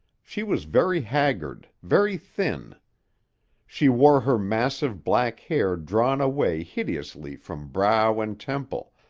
she was very haggard, very thin she wore her massive, black hair drawn away hideously from brow and temple,